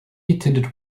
attended